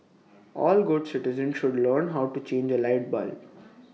all good citizens should learn how to change A light bulb